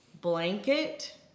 blanket